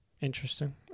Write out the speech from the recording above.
Interesting